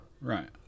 Right